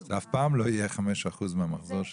זה אף פעם לא יהיה חמישה אחוזים מהמחזור שלו.